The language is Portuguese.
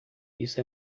isso